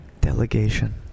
delegation